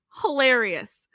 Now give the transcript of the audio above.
hilarious